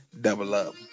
double-up